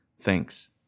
thanks